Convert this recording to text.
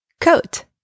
Coat